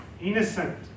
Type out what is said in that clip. innocent